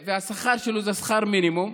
והשכר שלו זה שכר מינימום,